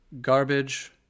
garbage